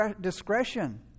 discretion